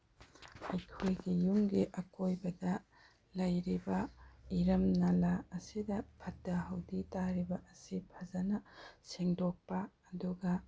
ꯑꯩꯈꯣꯏꯒꯤ ꯌꯨꯝꯒꯤ ꯑꯀꯣꯏꯕꯗ ꯂꯩꯔꯤꯕ ꯏꯔꯝ ꯅꯂꯥ ꯑꯁꯤꯗ ꯐꯠꯇ ꯍꯥꯎꯊꯤ ꯇꯥꯔꯤꯕ ꯑꯁꯤ ꯐꯖꯅ ꯁꯦꯡꯗꯣꯛꯄ ꯑꯗꯨꯒ